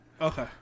Okay